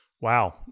wow